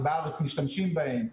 ובארץ משתמשים בהם,